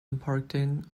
importing